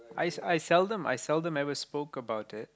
I sell I seldom I seldom ever spoke about it